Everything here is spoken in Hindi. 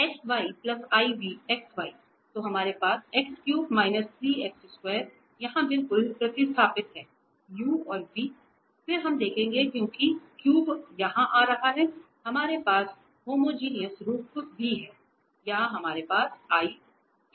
तो हमारे पास यहां बिल्कुल प्रतिस्थापित हैu और v फिर हम देखेंगे क्योंकि क्यूब यहां आ रहा है हमारे पास होमोजीनियस रूप भी है यहां हमारे पास है